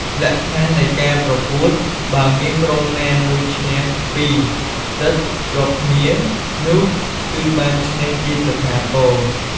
លក្ខខណ្ឌនៃការប្រកួតបើមានក្រុមណាមួយឈ្នះ ២ សិតជាប់គ្នានោះគឺបានឈ្នះជាស្ថាពរ ។